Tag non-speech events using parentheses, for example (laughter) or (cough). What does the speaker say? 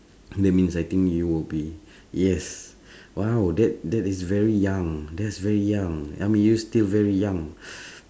so that means I think you would be (breath) yes (breath) !wow! that that is very young that's very young I mean you're still very young (breath)